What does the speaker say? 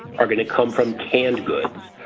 are going to come from canned goods,